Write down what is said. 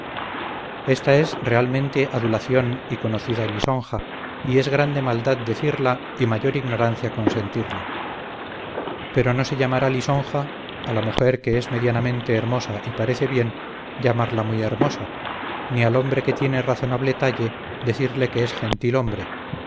esta es realmente adulación y conocida lisonja y es grande maldad decirla y mayor ignorancia consentirla pero no se llamará lisonja a la mujer que es medianamente hermosa y parece bien llamarla muy hermosa ni al hombre que tiene razonable talle decirle que es gentil hombre